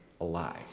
alive